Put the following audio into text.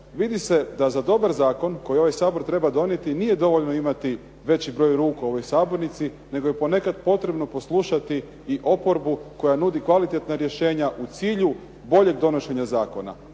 vidi se da za dobar zakon koji ovaj Sabor treba donijeti nije dovoljno imati veći broj ruku u ovoj sabornici, nego je ponekada potrebno poslušati i oporbu koja nudi kvalitetna rješenja u cilju boljeg donošenja zakona.